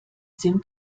sim